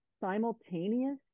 simultaneous